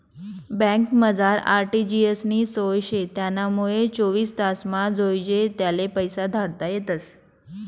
बँकमझार आर.टी.जी.एस नी सोय शे त्यानामुये चोवीस तासमा जोइजे त्याले पैसा धाडता येतस